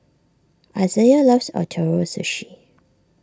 Isaiah loves Ootoro Sushi